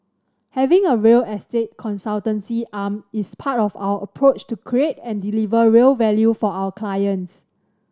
having a real estate consultancy arm is part of our approach to create and deliver real value for our clients